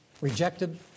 rejected